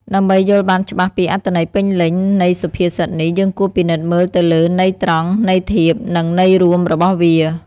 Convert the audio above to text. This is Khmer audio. ដើម្បីយល់បានច្បាស់ពីអត្ថន័យពេញលេញនៃសុភាសិតនេះ យើងគួរពិនិត្យមើលទៅលើន័យត្រង់ ន័យធៀប និងន័យរួមរបស់វា។